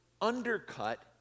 undercut